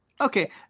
Okay